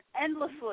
endlessly